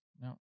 no